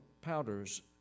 powders